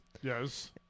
Yes